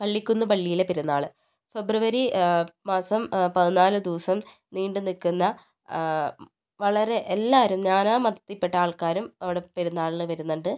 പള്ളിക്കുന്ന് പള്ളിയിലെ പെരുന്നാള് ഫെബ്രുവരി മാസം പതിനാല് ദിവസം നീണ്ടു നിക്കുന്ന വളരെ എല്ലാവരും നാനാ മതത്തിപ്പെട്ട ആൾക്കാരും അവിടെ പെരുന്നാളിന് വരുന്നുണ്ട്